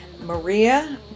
Maria